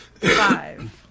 five